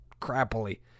crappily